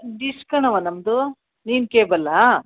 dish ಕಣವ್ವಾ ನಮ್ಮದು ನೀನು ಕೆಬಲ್ಲಾ